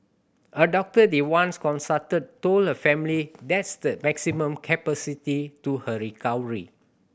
a doctor they once consulted told her family that's the maximum capacity to her recovery